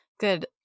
good